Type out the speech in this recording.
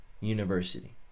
University